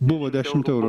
buvo dešimt eurų